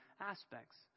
aspects